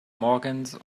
morgens